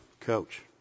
coach